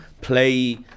play